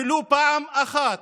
ולו פעם אחת